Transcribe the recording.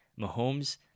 Mahomes